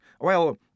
Well